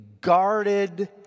guarded